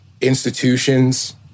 institutions